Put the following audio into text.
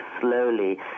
slowly